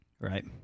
Right